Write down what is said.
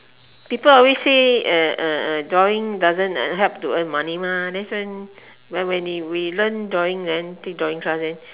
people always say uh uh uh drawing doesn't help to earn money mah that's when when they we learn drawing then take drawing class then